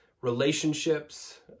relationships